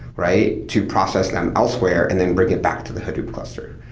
right? to process them elsewhere and then bring it back to the hadoop cluster,